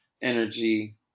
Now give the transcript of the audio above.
Energy